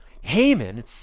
Haman